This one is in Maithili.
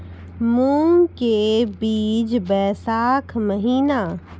मूंग के बीज बैशाख महीना